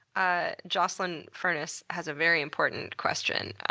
ah joyceline furniss has a very important question